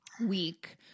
week